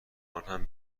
آنهم